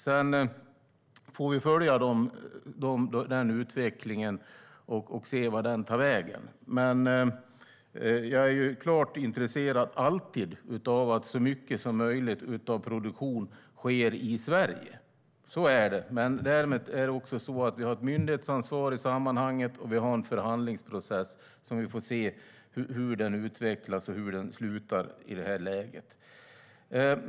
Vi får följa den utvecklingen och se vart den tar vägen. Men jag är alltid intresserad av att så mycket som möjligt av produktionen sker i Sverige. Så är det. Men vi har också ett myndighetsansvar. Och vi har en förhandlingsprocess. Vi får se hur den utvecklas och hur den slutar.